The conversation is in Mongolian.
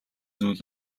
зүйл